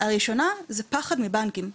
הראשונה זו פחד מבנקים,